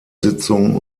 sitzung